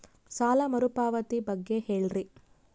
ಸಾಲ ಮರುಪಾವತಿ ಬಗ್ಗೆ ಹೇಳ್ರಿ?